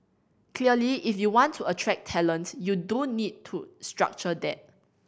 clearly if you want to attract talent you do need to structure that